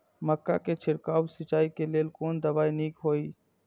मक्का के छिड़काव सिंचाई के लेल कोन दवाई नीक होय इय?